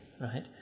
right